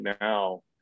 now